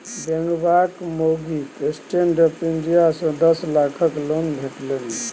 बेंगबाक माउगीक stand up India सँ दस लाखक लोन भेटलनि